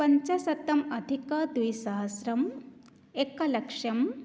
पञ्चाशतमधिकद्विसहस्रम् एकलक्षम्